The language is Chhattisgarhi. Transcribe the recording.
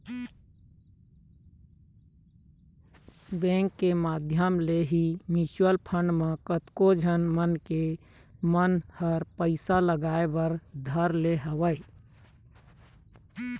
बेंक के माधियम ले ही म्यूचुवल फंड म कतको झन मनखे मन ह पइसा लगाय बर धर ले हवय